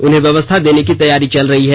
उन्हें व्यवस्था देने की तैयारी चल रही है